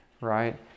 right